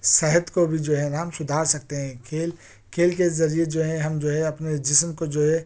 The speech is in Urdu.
صحت کو بھی جو ہے نا ہم سدھار سکتے ہیں کھیل کھیل کے ذریعے جو ہے ہم جو ہے اپنے جسم کو جو ہے